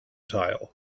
tile